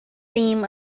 theme